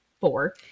four